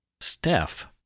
Steph